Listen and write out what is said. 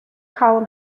column